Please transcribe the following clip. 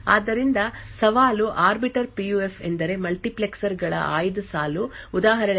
ಆದ್ದರಿಂದ ನಾವು ಸವಾಲನ್ನು ಬದಲಾಯಿಸಿದರೆ ಅದು ಮೂಲಭೂತವಾಗಿ ಕೆಂಪು ಮಾರ್ಗವನ್ನು ಬದಲಾಯಿಸುತ್ತದೆ ಮತ್ತು ನೀಲಿ ಸಂಕೇತಗಳು ಪರಿಣಾಮವಾಗಿ ಔಟ್ಪುಟ್ ಬದಲಾಗಬಹುದು